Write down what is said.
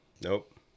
Nope